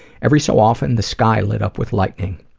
every so often, the sky lit up with lightning.